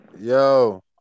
Yo